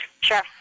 Sure